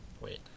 Wait